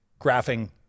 graphing